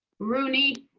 rooney.